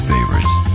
Favorites